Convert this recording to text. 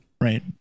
right